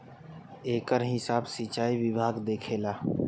एकर हिसाब सिचाई विभाग देखेला